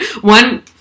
one